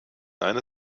eine